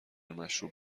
مشروب